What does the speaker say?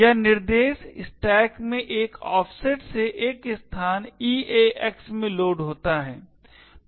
यह निर्देश स्टैक में एक ऑफसेट से एक स्थान EAX में लोड होता है